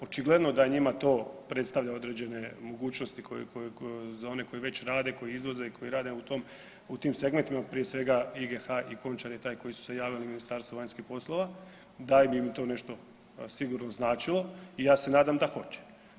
Očigledno da njima to predstavlja određene mogućnosti koje, koje, za one koji već rade, koji izvoze i koji rade u tim segmentima, prije svega IGH i Končar je taj koji su se javili Ministarstvu vanjskih poslova da bi im to nešto sigurno značilo i ja se nadam da hoće.